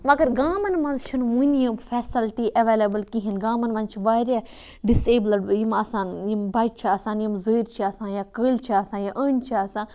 مگرگامَن مَنٛز چھِنہٕ وٕنہِ یِم فیسَلٹی ایٚولیبٕل کِہیٖنۍ گامَن مَنٛز چھِ واریاہ ڈِس ایبلٕڈ یِم آسان یِم بَچہِ چھِ آسان یِم زٔر چھِ آسان یا کٔلۍ چھِ آسان یا أنۍ چھِ آسان